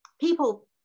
People